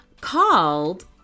called